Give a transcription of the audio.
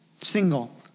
single